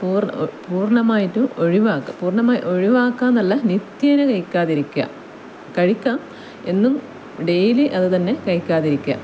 പൂർണ്ണം പൂർണ്ണമായിട്ടും ഒഴിവാക്കുക പൂർണ്ണമായി ഒഴിവാക്കാന്നല്ല നിത്യേന കഴിക്കാതിരിക്കുക കഴിക്കാം എന്നും ഡെയിലി അതുതന്നെ കഴിക്കാതിരിക്കുക